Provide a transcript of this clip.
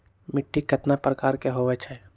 मिट्टी कतना प्रकार के होवैछे?